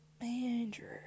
Andrew